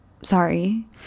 Sorry